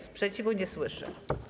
Sprzeciwu nie słyszę.